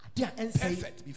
Perfect